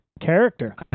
Character